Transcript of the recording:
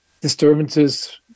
disturbances